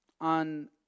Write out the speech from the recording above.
on